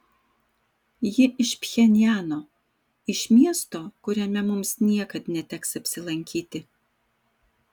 ji iš pchenjano iš miesto kuriame mums niekad neteks apsilankyti